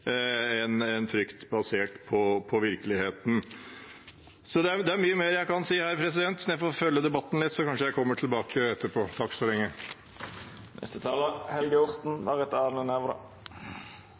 enn frykt basert på virkeligheten. Det er mye mer jeg kunne sagt her, men jeg får følge debatten litt, så kanskje jeg kommer tilbake etterpå.